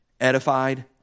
edified